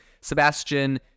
Sebastian